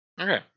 Okay